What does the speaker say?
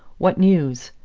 what news?